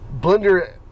blender